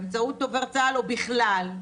באמצעות דובר צה"ל או בכלל,